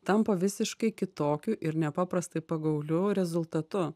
tampa visiškai kitokiu ir nepaprastai pagauliu rezultatu